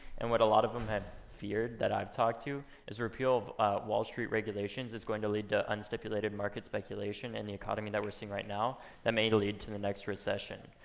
and what a lot of them had feared that i've talked to is repeal of wall street regulations is going to lead to unstipulated market speculation in the economy that we're seeing right now that may lead to the next recession,